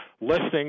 listening